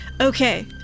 Okay